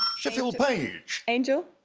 sheffield, page. angel?